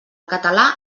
català